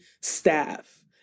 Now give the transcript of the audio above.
staff